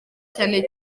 cyane